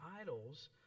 idols